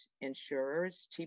insurers